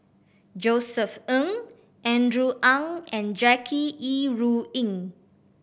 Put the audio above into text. Josef Ng Andrew Ang and Jackie Yi Ru Ying